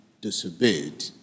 disobeyed